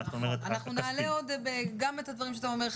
אתה נעלה גם את הדברים שאתה אומר,